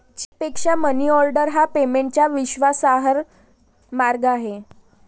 चेकपेक्षा मनीऑर्डर हा पेमेंटचा विश्वासार्ह मार्ग आहे